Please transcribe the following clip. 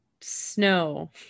snow